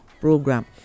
program